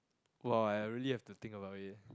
!wah! I really have to think about it